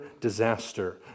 disaster